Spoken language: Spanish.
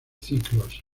ciclos